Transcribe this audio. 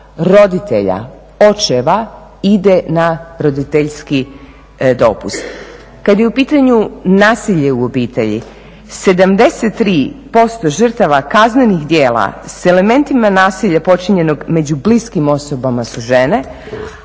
roditelja, očeva ide na roditeljski dopust. Kad je u pitanju nasilje u obitelji, 73% žrtava kaznenih djela s elementima nasilja počinjenog među bliskim osobama su žene,